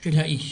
של האיש